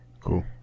Cool